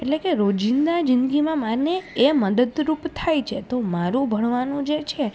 એટલે કે રોજીંદી જિંદગીમાં મને એ મદદરૂપ થાય છે તો મારું ભણવાનું જે છે